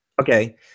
okay